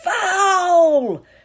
Foul